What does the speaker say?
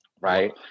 Right